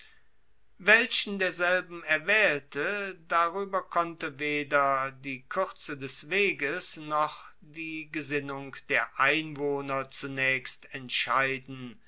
welchen derselben er waehlte darueber konnte weder die kuerze des weges noch die gesinnung der einwohner zunaechst entscheiden